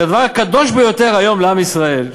שהדבר הקדוש ביותר היום לעם ישראל,